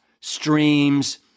streams